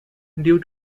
due